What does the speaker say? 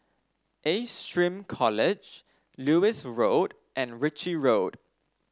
Ace SHRM College Lewis Road and Ritchie Road